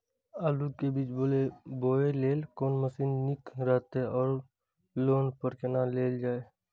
आलु बीज बोय लेल कोन मशीन निक रहैत ओर लोन पर केना लेल जाय?